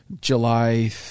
July